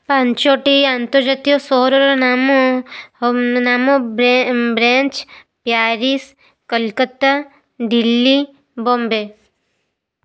ପାଞ୍ଚଟି ଆନ୍ତର୍ଜାତୀୟ ସଅରର ନାମ ନାମ ବ୍ରେଞ୍ଚ ପ୍ୟାରିସ୍ କୋଲକାତା ଦିଲ୍ଲୀ ବମ୍ବେ